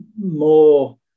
more